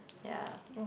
ya